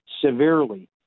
severely